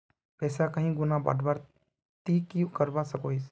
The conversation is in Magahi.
पैसा कहीं गुणा बढ़वार ती की करवा सकोहिस?